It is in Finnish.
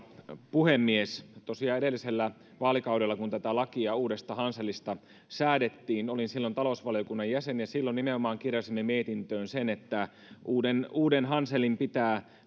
puhemies tosiaan edellisellä vaalikaudella kun tätä lakia uudesta hanselista säädettiin olin talousvaliokunnan jäsen ja silloin nimenomaan kirjasimme mietintöön sen että uuden uuden hanselin pitää